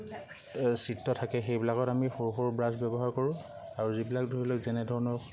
চিত্ৰ থাকে সেইবিলাকত আমি সৰু সৰু ব্ৰাছ ব্যৱহাৰ কৰোঁ আৰু যিবিলাক ধৰি লওক যেনেধৰণৰ